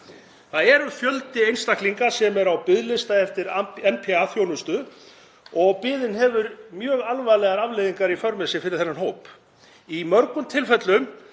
fé. Fjöldi einstaklinga er á biðlista eftir NPA-þjónustu og biðin hefur mjög alvarlegar afleiðingar í för með sér fyrir þennan hóp. Í mörgum tilfellum